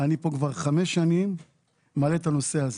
אני פה כבר חמש שנים מעלה את הנושא הזה.